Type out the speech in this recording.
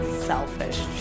selfish